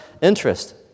interest